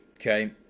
Okay